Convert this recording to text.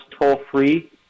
toll-free